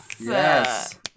Yes